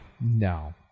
no